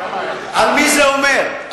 על מי זה אומר,